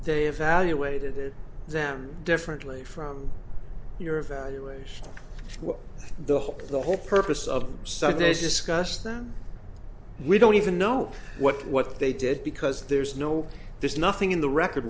they evaluated them differently from your evaluation what the whole the whole purpose of them such as discuss them we don't even know what what they did because there's no there's nothing in the record